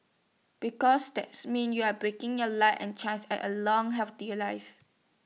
because that's mean you're breaking your luck and chances at A long healthy life